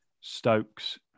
Stokes